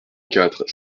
quatre